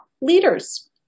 leaders